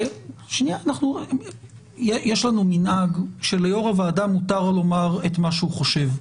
יש לנו כאן מנהג שליושב ראש הוועדה מותר לומר את מה שהוא חושב.